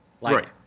Right